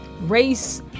race